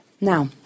Now